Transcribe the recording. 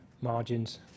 margins